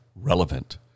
Relevant